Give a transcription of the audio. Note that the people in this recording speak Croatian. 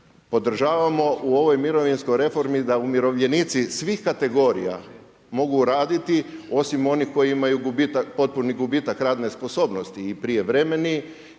Podržavamo u ovoj mirovinskoj reformi da umirovljenici svih kategorija mogu raditi osim onih koji imaju gubitak, potpuni gubitak radne sposobnosti i prijevremeni